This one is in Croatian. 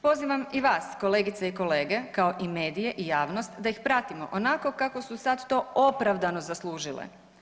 Pozivam i vas kolegice i kolege, kao i medije i javnost da ih pratimo onako kako su sad to opravdano zaslužile.